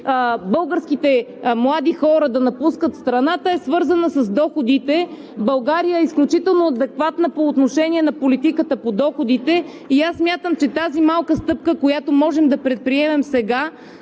българските млади хора да напускат страната е свързана с доходите. България е изключително адекватна по отношение на политиката по доходите. Смятам, че тази малка стъпка, която можем да предприемем сега,